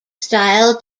style